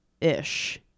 ish